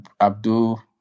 Abdul